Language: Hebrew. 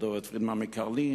האדמו"ר מקרלין,